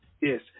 Yes